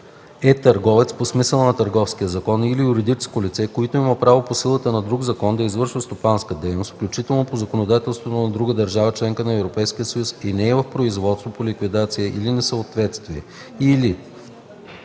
е търговец по смисъла на Търговския закон или юридическо лице, което има право по силата на друг закон да извършва стопанска дейност, включително по законодателството на друга държава – членка на Европейския съюз, и не е в производство по ликвидация или несъстоятелност, или 2.